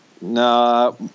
no